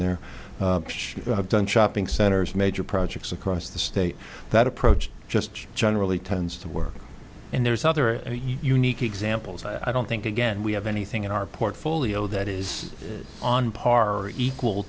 have done shopping centers major projects across the state that approach just generally tends to work and there's other unique examples i don't think again we have anything in our portfolio that is on par equal